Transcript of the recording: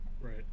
Right